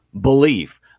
belief